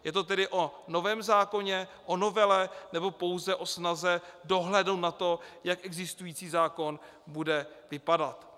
Je to tedy o novém zákoně, o novele, nebo pouze o snaze dohlédnout na to, jak existující zákon bude vypadat?